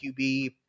QB